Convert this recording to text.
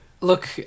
Look